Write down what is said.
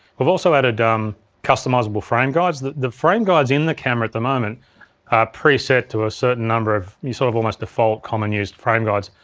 we've also added um customizable frame guides. the the frame guides in the camera at the moment preset to a certain number of, your sort of almost default, common used frame guides.